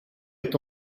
est